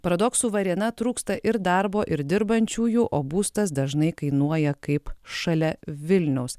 paradoksų varėna trūksta ir darbo ir dirbančiųjų o būstas dažnai kainuoja kaip šalia vilniaus